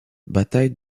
bataille